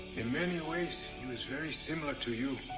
in many ways, he was very similar to you